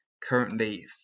currently